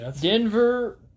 Denver